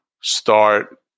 start